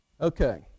Okay